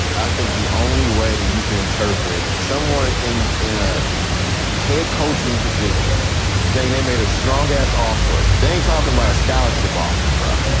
i think the only way you can interpret someone in in a head coaching position saying they made a strong ass offer, they are talking about a scholarship offer, brah.